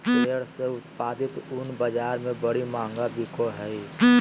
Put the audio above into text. भेड़ से उत्पादित ऊन बाज़ार में बड़ी महंगा बिको हइ